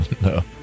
no